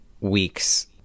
weeks